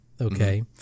okay